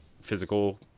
physical